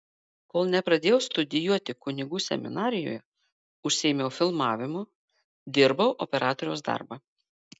kol nepradėjau studijuoti kunigų seminarijoje užsiėmiau filmavimu dirbau operatoriaus darbą